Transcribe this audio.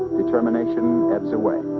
determination ebbs away